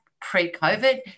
pre-COVID